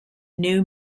new